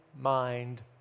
mind